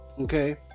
okay